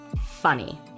funny